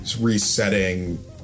resetting